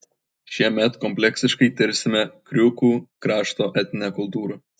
šiemet kompleksiškai tirsime kriūkų krašto etninę kultūrą